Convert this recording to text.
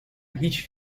هیچ